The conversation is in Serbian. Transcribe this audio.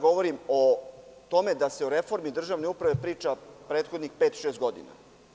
Govorim o tome da se o reformi državne uprave priča prethodnih pet, šest godina.